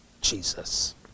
jesus